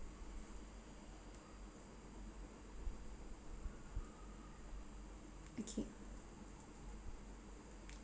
okay